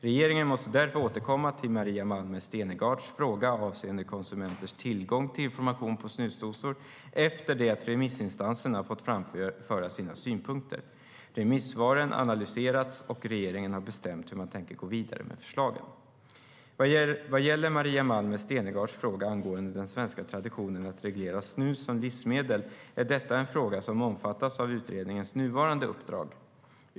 Regeringen måste därför återkomma till Maria Malmer Stenergards fråga avseende konsumenters tillgång till information på snusdosor efter det att remissinstanserna fått framföra sina synpunkter, remissvaren analyserats och regeringen bestämt hur man tänker gå vidare med förslagen. Maria Malmer Stenergards fråga angående den svenska traditionen att reglera snus som livsmedel berör en fråga som omfattas av utredningens nuvarande uppdrag.